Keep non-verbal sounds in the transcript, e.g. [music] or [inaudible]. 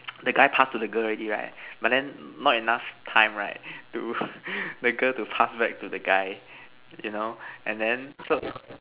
the guy pass to the girl already right but then not enough time right to [breath] the girl to pass back to the guy you know and then so